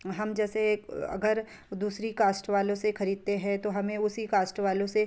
हम जैसे अगर दूसरी कास्ट वालों से खरीदते हैं तो हमें उसी कास्ट वालों से